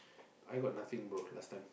I got nothing bro last time